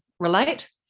relate